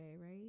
right